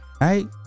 Right